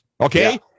Okay